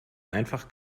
einfach